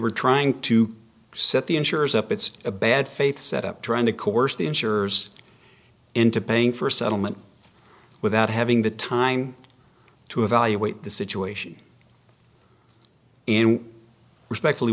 were trying to set the insurers up it's a bad faith set up trying to coerce the insurers into paying for a settlement without having the time to evaluate the situation and respectfully